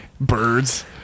birds